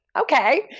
Okay